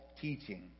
teaching